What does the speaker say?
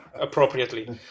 appropriately